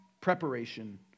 preparation